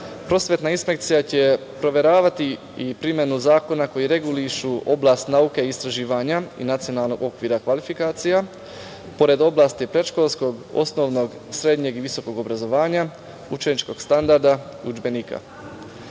Prosvetna inspekcija će proveravati i primenu zakona koji regulišu oblast nauke i istraživanja i nacionalnog okvira kvalifikacija. Pored oblasti predškolskog, osnovnog, srednjeg i visokog obrazovanja, učeničkog standarda, udžbenika,